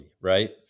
right